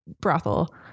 brothel